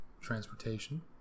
transportation